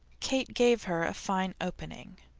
kate gave her a fine opening.